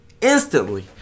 instantly